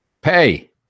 pay